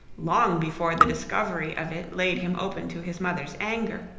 long before the discovery of it laid him open to his mother's anger,